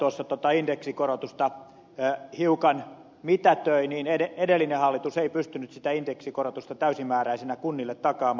kuoppa tuossa indeksikorotusta hiukan mitätöi niin edellinen hallitus ei pystynyt sitä indeksikorotusta täysimääräisenä kunnille takaamaan